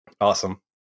Awesome